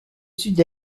sud